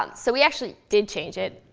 um so we actually did change it.